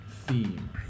theme